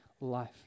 life